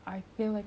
or a house